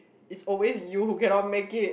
it's always you who cannot make it